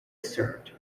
served